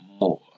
more